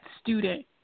student